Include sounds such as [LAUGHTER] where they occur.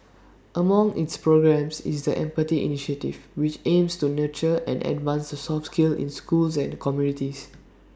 [NOISE] among its programmes is the empathy initiative which aims to nurture and advance the soft skill in schools and communities